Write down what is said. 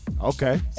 Okay